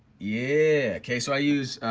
yeah, okay so i use,